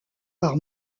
par